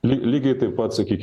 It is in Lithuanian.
ly lygiai taip pat sakyk